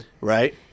Right